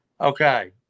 Okay